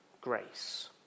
grace